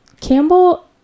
Campbell